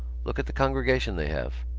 look at the congregation they have.